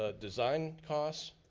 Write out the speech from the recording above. ah design costs,